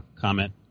comment